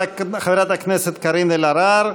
חברת הכנסת קארין אלהרר.